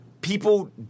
people